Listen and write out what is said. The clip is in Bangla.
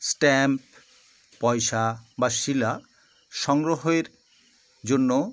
স্ট্যাম্প পয়সা বা শিলা সংগ্রহের জন্য